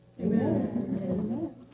Amen